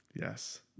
Yes